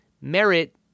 merit